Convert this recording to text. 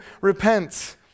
repent